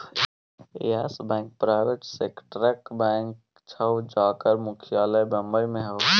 yes Bank private सेक्टरक bank छै जकर मुख्यालय बंबई मे छै